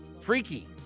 Freaky